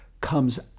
comes